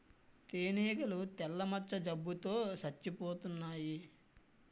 తేనీగలు తెల్ల మచ్చ జబ్బు తో సచ్చిపోతన్నాయి